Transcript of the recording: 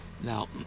Now